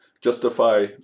justify